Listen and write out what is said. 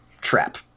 trap